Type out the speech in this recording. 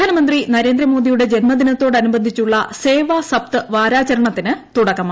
പ്രധാനമന്ത്രി നരേന്ദ്രമോദിയുടെ ജന്മദിനത്തോടനുബന്ധിച്ചുള്ള സേവാ സപ്ത് വാരാചരണത്തിന് തുടക്കമായി